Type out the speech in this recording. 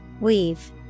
Weave